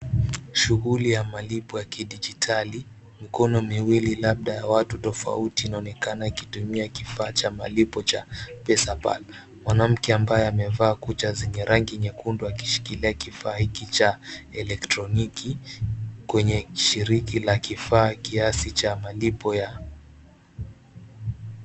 Shughuli ya malipo ya kidijitali. Mikono miwili labda ya watu tofauti inaonekana ikitumia kifaa cha malipo cha Pesapal. Mwanamke ambaye amevaa kucha zenye rangi nyekundu akishikilia kifaa hiki cha kielektroniki kwenye shiriki la kifaa kiasi cha malipo ya...